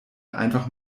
einfach